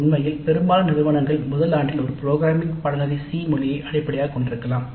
உண்மையில் பெரும்பாலான நிறுவனங்கள் முதல் ஆண்டில் ஒரு புரோகிராமிங் பாடநெறி சி மொழியை அடிப்படையாக கொண்டிருக்கலாம்